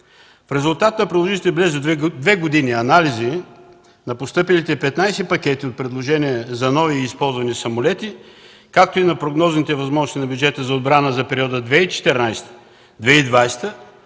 В резултат на продължилите две години анализи на постъпилите 15 пакета с предложения за нови и използвани самолети, както и на прогнозните възможности на бюджета за отбрана за периода 2014-2020